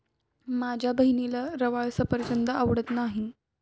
माझ्या बहिणीला रवाळ सफरचंद आवडत नाहीत